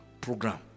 program